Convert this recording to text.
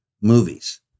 movies